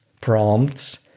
prompts